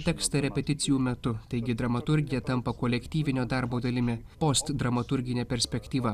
tekstą repeticijų metu taigi dramaturgija tampa kolektyvinio darbo dalimi post dramaturgine perspektyva